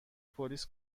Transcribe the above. پلیس